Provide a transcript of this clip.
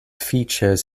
features